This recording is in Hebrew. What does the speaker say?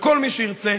וכל מי שירצה,